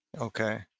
Okay